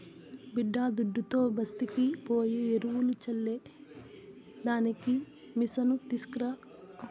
బిడ్డాదుడ్డుతో బస్తీకి పోయి ఎరువులు చల్లే దానికి మిసను తీస్కరా